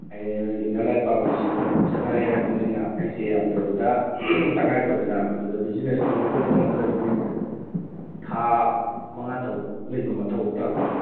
inner ꯂꯥꯏꯟ ꯄꯔꯃꯤꯠꯁꯤ ꯆꯠꯅꯔꯦ ꯍꯥꯏꯕꯅꯤꯅ ꯑꯩꯁꯦ ꯌꯥꯝꯗ꯭ꯔꯕꯗ ꯇꯉꯥꯏꯐꯗꯅ ꯃꯗꯨꯗ ꯕꯤꯖꯤꯅꯦꯁ ꯇꯧꯅꯕꯒꯤꯗꯃꯛꯇ ꯅꯨꯃꯤꯠ ꯊꯥ ꯃꯉꯥ ꯇꯔꯨꯛ ꯂꯩꯕ ꯃꯊꯧ ꯇꯥꯕ